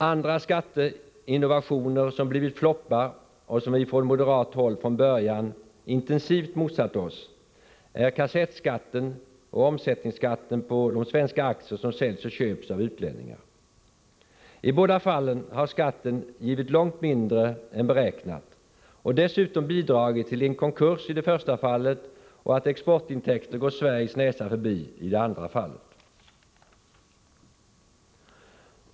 Andra skatteinnovationer som blivit floppar och som vi från moderat håll från början intensivt motsatt oss är kassettskatten och omsättningskatten på de svenska aktier som säljs och köps av utlänningar. I båda fallen har skatten givit långt mindre än beräknat och dessutom bidragit till en konkurs i det första fallet och att exportintäkter gått Sveriges näsa förbi i det andra fallet.